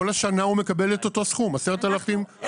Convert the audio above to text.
בכל השנה הוא מקבל את אותו הסכום 10,600 ₪.